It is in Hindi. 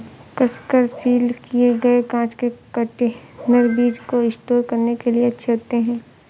कसकर सील किए गए कांच के कंटेनर बीज को स्टोर करने के लिए अच्छे होते हैं